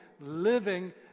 living